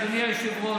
אדוני היושב-ראש,